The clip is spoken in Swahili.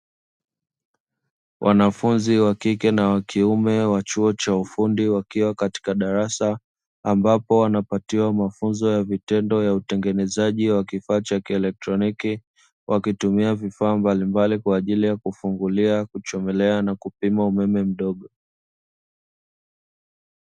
Wanafunzi wa kike na wa kiume wa chuo cha ufundi wakiwa katika darasa, ambapo wanapatiwa mafunzo ya vitendo ya utengenezaji wa kifaa cha kielektroniki. Wakitumia vifaa mbalimbali kwa ajili ya kufungulia, kuchomelea na kupima umeme mdogo.